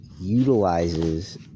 utilizes